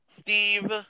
Steve